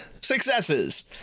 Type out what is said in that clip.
successes